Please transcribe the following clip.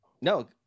no